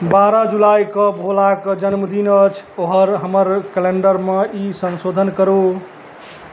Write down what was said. बारह जुलाइकेँ भोलाके जनमदिन अछि तोहर हमर कैलेण्डरमे ई सन्शोधन करू